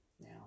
now